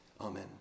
amen